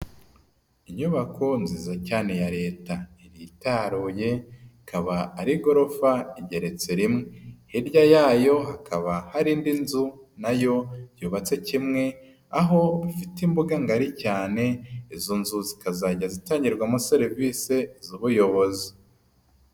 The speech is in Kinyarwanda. Inyubako nziza cyane ya leta. Iritaruye, ikaba ari igorofa igeretse rimwe. Hirya yayo hakaba hari indi nzu, nayo yubatse kimwe, aho ifite imbuga ngari cyane, izo nzu zikazajya zitangirwamo serivise z'ubuyobozi.